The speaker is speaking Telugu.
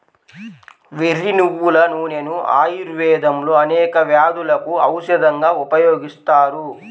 వెర్రి నువ్వుల నూనెను ఆయుర్వేదంలో అనేక వ్యాధులకు ఔషధంగా ఉపయోగిస్తారు